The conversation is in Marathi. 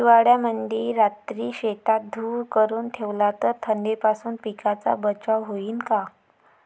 हिवाळ्यामंदी रात्री शेतात धुर करून ठेवला तर थंडीपासून पिकाचा बचाव होईन का?